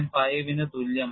5 ന് തുല്യമാണ്